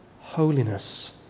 holiness